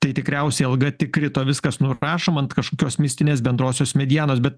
tai tikriausiai alga tik krito viskas nurašoma ant kažkokios mistinės bendrosios medienos bet